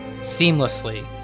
seamlessly